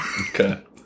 Okay